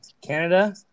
Canada